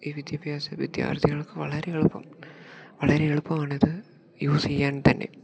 ഈ വിദ്യാഭ്യാസം വിദ്യാർത്ഥികൾക്ക് വളരെ എളുപ്പം വളരെ എളുപ്പമാണിത് യൂസ് ചെയ്യാൻ തന്നെ